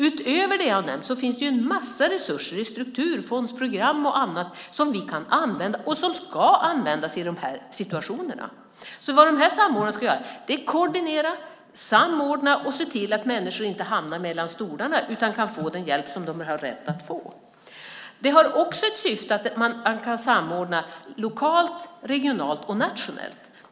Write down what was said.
Utöver det jag har nämnt finns det en massa resurser i strukturfondsprogram och annat som vi kan använda och som ska användas i de här situationerna. Vad samordnarna ska göra är att koordinera, samordna och se till att människor inte hamnar mellan stolarna utan kan få den hjälp som de har rätt att få. Det har också ett syfte att man kan samordna lokalt, regionalt och nationellt.